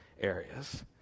areas